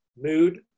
mood